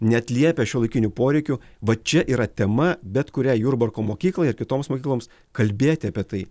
neatliepia šiuolaikinių poreikių va čia yra tema bet kuriai jurbarko mokyklai ir kitoms mokykloms kalbėti apie tai